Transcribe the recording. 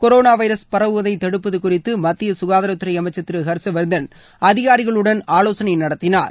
corona virus பரவுவதை தடுப்பது குறித்து மத்திய சுகாதாரத்துறை அமைச்சர் திரு ஹர்ஷ்வர்தன் அதிகாரிகளுடன் ஆலோசனை நடத்தினார்